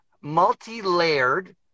multi-layered